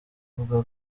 ivuga